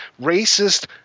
racist